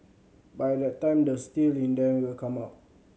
by that time the steel in them will come out